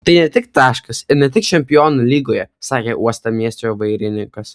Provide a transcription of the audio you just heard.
tai ne tik taškas ir ne tik čempionų lygoje sakė uostamiesčio vairininkas